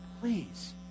please